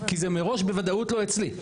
כי זה מראש בוודאות לא אצלי.